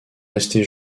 resté